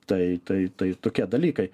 tai tai tai tokie dalykai